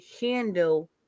handle